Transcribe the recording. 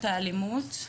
והאלימות תמוגר.